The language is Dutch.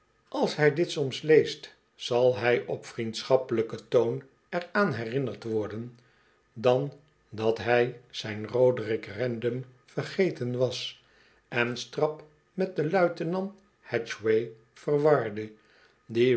als hy dit soms leest zal hij op vriendschappelijken toon er aan herinnerd worden dan dat hij zijn roderick random vergeten was en strap met den luitenant hatchway verwarde die